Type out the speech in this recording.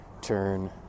turn